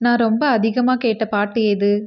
நான் ரொம்ப அதிகமாக கேட்ட பாட்டு எது